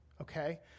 okay